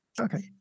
okay